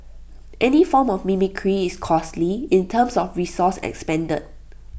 any form of mimicry is costly in terms of resources expended